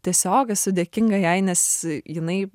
tiesiog esu dėkinga jai nes jinai